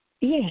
Yes